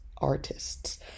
artists